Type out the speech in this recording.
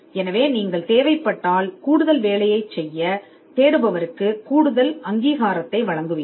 எனவே தேவைப்பட்டால் கூடுதல் வேலை செய்ய நபருக்கு கூடுதல் அங்கீகாரத்தை வழங்குவீர்கள்